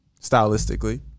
stylistically